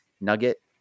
nugget